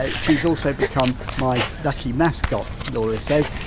ah she's also become my lucky mascot, lora says,